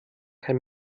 kein